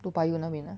toa payoh 那边 ah